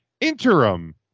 interim